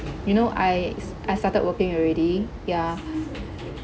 you know I s~ I started working already ya